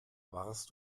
warst